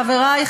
חבריי,